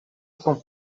son